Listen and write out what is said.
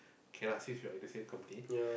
okay lah since we are in the same company